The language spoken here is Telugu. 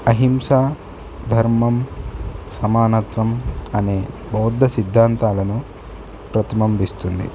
అహింస ధర్మం సమానత్వం అనే బౌద్ధ సిద్ధాంతాలను ప్రతిబంబిస్తుంది